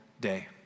day